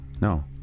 No